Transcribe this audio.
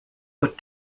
but